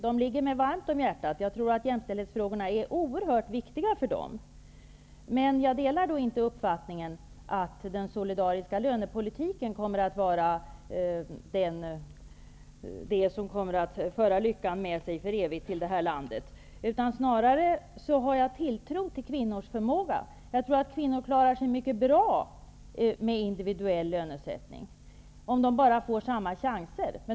De ligger mig varmt om hjärtat. Jag tror att jämställdhetsfrågorna är oerhört viktiga för dem. Men jag delar inte uppfattningen att den solidariska lönepolitiken kommer att vara det som för evigt för lyckan med sig i det här landet. Jag har snarare tilltro till kvinnors förmåga. Jag tror att kvinnor klarar sig mycket bra med individuell lönesättning om de bara får samma chanser.